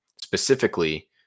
Specifically